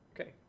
Okay